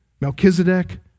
Melchizedek